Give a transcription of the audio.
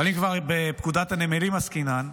אבל אם כבר בפקודת הנמלים עסקינן,